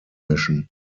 mission